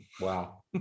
wow